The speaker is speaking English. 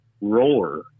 roar